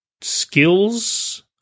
skills